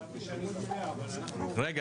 חשבתי שאני יודע אבל אנחנו --- רגע,